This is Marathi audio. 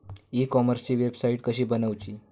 ई कॉमर्सची वेबसाईट कशी बनवची?